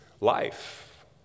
life